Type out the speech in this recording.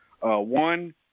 One